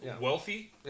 Wealthy